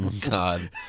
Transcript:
God